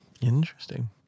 Interesting